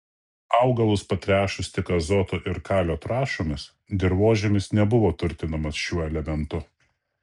augalus patręšus tik azoto ir kalio trąšomis dirvožemis nebuvo turtinamas šiuo elementu